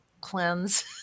cleanse